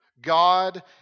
God